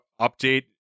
update